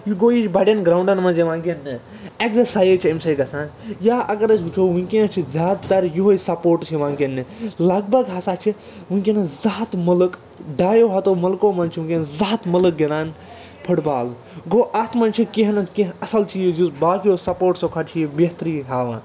گوٚو یہِ چھِ بَڈٮ۪ن گرٛاونٛڈَن منٛز یِوان گِنٛدنہٕ ایگزَرسایِز چھِ اَمہِ سۭتۍ گژھان یا اگر وُچھَو ؤنکٮ۪نَس چھِ زیادٕ تَر یوٚہَے سَپورٹٕس یِوان گِنٛدنہٕ لگ بَگ ہسا چھِ ؤنکٮ۪نَس زٕ ہَتھ مُلُک ڈایَو ہَتَو مُلکَو منٛز چھِ ؤنکٮ۪ن زٕ ہَتھ مُلُک گِنٛدان فُٹ بال گوٚو اَتھ منٛز چھِ کیٚنہہ نَتہٕ کیٚنہہ اَصٕل چیٖز یُس باقِیَو سَپورٹٕسَو کھۄتہٕ چھِ یہِ بہتری ہاوان